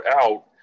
out